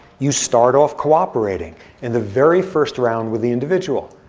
you start off cooperating in the very first round with the individual.